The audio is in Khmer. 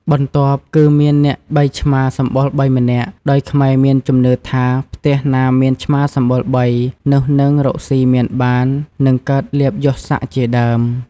បន្ទាប់គឺមានអ្នកបីឆ្មាសម្បុរ៣ម្នាក់ ដោយខ្មែរមានជំនឿថា ផ្ទះណាមានឆ្មាសម្បុរ៣ នោះនឹងរកស៊ីមានបាន និងកើតលាភយសសក្តិជាដើម ។